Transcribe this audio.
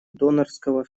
донорского